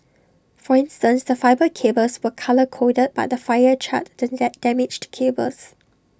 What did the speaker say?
for instance the fibre cables were colour coded but the fire charred the damaged cables